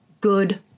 good